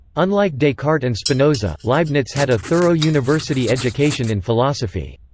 unlike descartes and spinoza, leibniz had a thorough university education in philosophy.